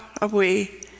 away